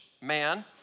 man